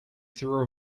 through